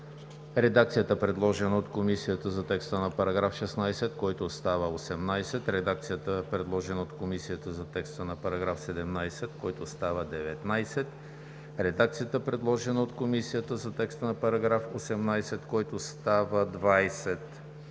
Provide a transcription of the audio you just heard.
редакцията, предложена от Комисията за текста на § 16, който става 18; редакцията, предложена от Комисията за текста на § 17, който става 19; редакцията, предложена от Комисията за текста на § 18, който става 20;